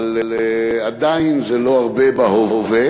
אבל עדיין זה לא הרבה בהווה.